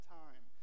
time